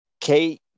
Kate